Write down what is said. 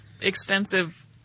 extensive